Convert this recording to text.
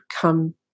come